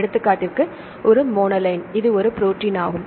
எடுத்துக்காட்டிற்கு ஒரு மோனெலின் இது ஒரு ப்ரோடீன் ஆகும்